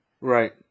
Right